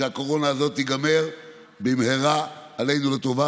כשהקורונה הזאת תיגמר במהרה עלינו לטובה.